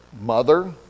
mother